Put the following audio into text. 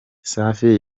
safi